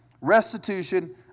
Restitution